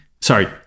Sorry